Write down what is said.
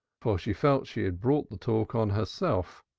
for she felt she had brought the talk on herself.